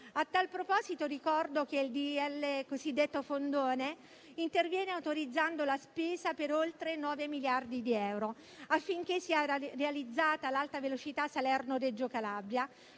A tal proposito ricordo che il decreto-legge cosiddetto fondone interviene autorizzando una spesa per oltre 9 miliardi di euro affinché sia realizzata l'alta velocità Salerno-Reggio Calabria,